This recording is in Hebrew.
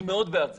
אני מאוד בעד זה.